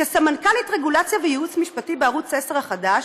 כסמנכ"לית רגולציה וייעוץ משפטי בערוץ 10 החדש,